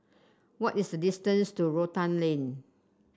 what is the distance to Rotan Lane